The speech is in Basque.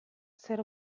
zer